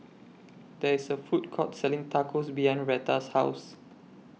There IS A Food Court Selling Tacos behind Retta's House